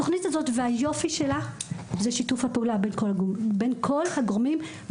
התוכנית הזאת והיופי שלה זה שיתוף הפעולה בין כל הגורמים,